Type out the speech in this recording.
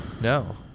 No